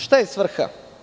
Šta je svrha?